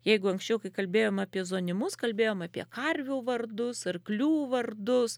jeigu anksčiau kai kalbėjom apie zoonimus kalbėjom apie karvių vardus arklių vardus